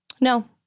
No